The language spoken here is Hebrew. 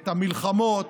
את המלחמות,